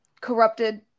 corrupted